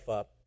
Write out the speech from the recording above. up